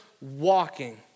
walking